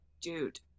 dude